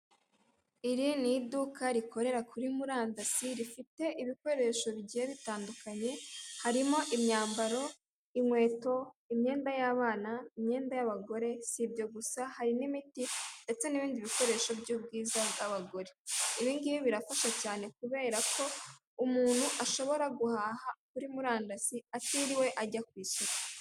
Iri ni iduka rikorera kuri murandasi rifite ibikoresho bigiye bitandukanye, harimo imyambaro, inkweto, imyenda y'abana, imyenda y'abagore, si ibyo gusa, hari n'imiti ndetse n'ibindi bikoresho by'ubwiza bw'abagore. Ibi ngibi birafasha cyane kubera ko umuntu ashobora guhaha kuri murandasi atiriwe ajya ku isoko.